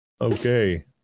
Okay